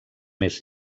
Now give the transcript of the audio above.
més